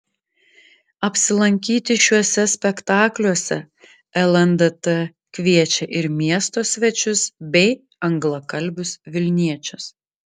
apsilankyti šiuose spektakliuose lndt kviečia ir miesto svečius bei anglakalbius vilniečius